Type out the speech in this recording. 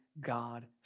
God